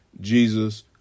Jesus